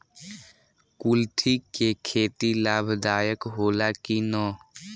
कुलथी के खेती लाभदायक होला कि न?